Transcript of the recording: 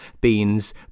beans